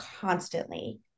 constantly